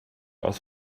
aus